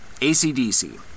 ACDC